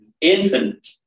Infinite